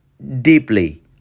Deeply